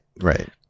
right